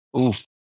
Oof